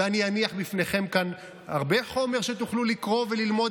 ואני אניח בפניכם כאן הרבה חומר שתוכלו לקרוא וללמוד